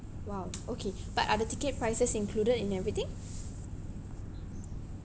!wow! okay but are the ticket prices included in everything